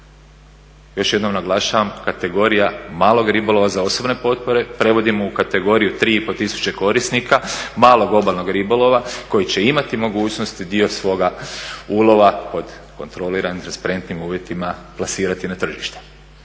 Još jednom naglašavam, kategorija malog ribolova za osobne potrebe prevodimo u kategoriju 3,5 tisuće korisnika malog obalnog ribolova koji će imati mogućnosti dio svoga ulova pod kontroliranim i transparentnim uvjetima plasirati na tržište.